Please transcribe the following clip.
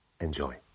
Enjoy